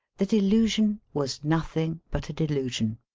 the delusion was nothing but a delusion.